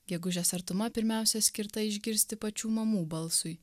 gegužės artuma pirmiausia skirta išgirsti pačių mamų balsui